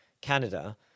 Canada